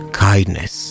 kindness